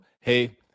hey